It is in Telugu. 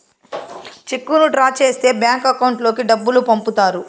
చెక్కును డ్రా చేస్తే బ్యాంక్ అకౌంట్ లోకి డబ్బులు పంపుతారు